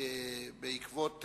בעקבות